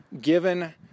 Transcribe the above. given